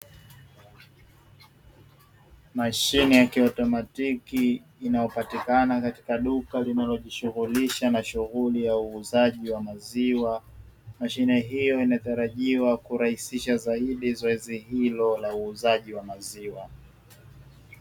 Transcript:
Mashine ya kiautomatiki inayopatikana katika duka linalojishughulisha na shughuli ya uuzaji wa maziwa. Mashine hiyo inatarajiwa kurahisisha zaidi zoezi hilo la uuzaji wa maziwa.